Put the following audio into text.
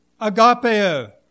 agapeo